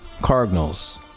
Cardinals